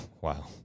Wow